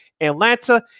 Atlanta